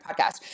podcast